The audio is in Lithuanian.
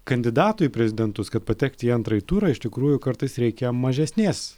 kandidatui į prezidentus kad patekti į antrąjį turą iš tikrųjų kartais reikia mažesnės